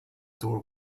door